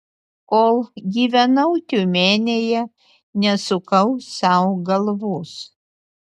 kol gyvenau tiumenėje nesukau sau galvos